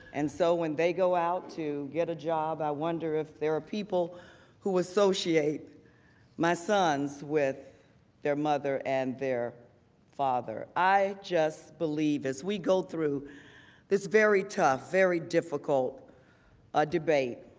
and so, when they go out to get a job i wonder if there are people who associate my son with their mother and their father. i just believe, as we go through this very tough, very difficult ah debate,